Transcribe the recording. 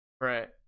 Right